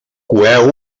coeu